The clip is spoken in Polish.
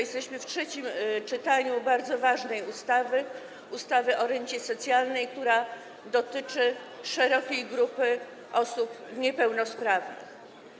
Jesteśmy w trzecim czytaniu bardzo ważnej ustawy, ustawy o zmianie ustawy o rencie socjalnej, która dotyczy szerokiej grupy osób niepełnosprawnych.